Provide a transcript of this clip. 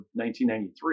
1993